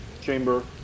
chamber